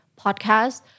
podcast